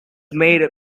made